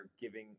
giving